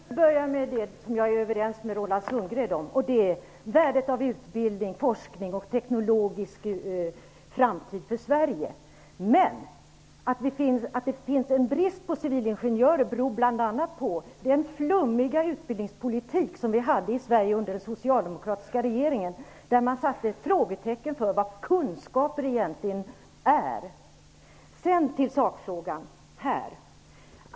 Herr talman! Låt mig inleda med det som jag är överens med Roland Sundgren om, nämligen värdet av utbildning, forskning och teknologisk utveckling. Men att det råder brist på civilingenjörer beror bl.a. på den flummiga utbildningspolitik som fördes i Sverige under den socialdemokratiska regeringen, då man satte frågetecken inför vad kunskaper egentligen innebär. Sedan över till sakfrågan.